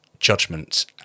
Judgment